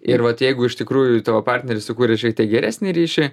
ir vat jeigu iš tikrųjų tavo partneris sukūrė šiek tiek geresnį ryšį